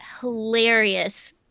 hilarious